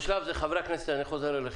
בשלב זה, חברי הכנסת, אני חוזר אליכם.